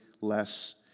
less